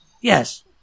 Yes